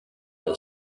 that